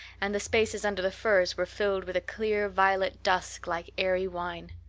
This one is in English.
and the spaces under the firs were filled with a clear violet dusk like airy wine.